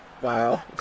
Wow